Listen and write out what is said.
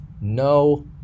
no